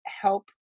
help